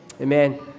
Amen